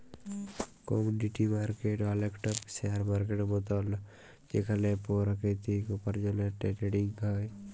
commodity market অলেকটা share মার্কেটের মতল যেখালে পেরাকিতিক উপার্জলের টেরেডিং হ্যয়